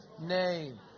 name